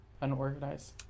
Unorganized